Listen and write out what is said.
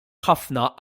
ħafna